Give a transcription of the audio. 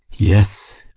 yes!